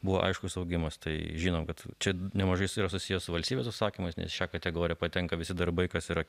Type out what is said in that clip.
buvo aiškus augimas tai žinom kad čia nemažai su juo susiję su valstybės užsakymais nes į šią kategoriją patenka visi darbai kas yra